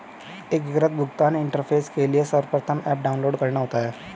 एकीकृत भुगतान इंटरफेस के लिए सर्वप्रथम ऐप डाउनलोड करना होता है